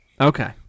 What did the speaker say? okay